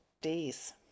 days